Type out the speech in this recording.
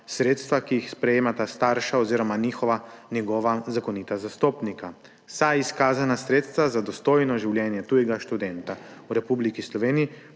sredstva, ki jih sprejemata starša oziroma njegova zakonita zastopnika, saj izkazana sredstva za dostojno življenje tujega študenta v Republiki Sloveniji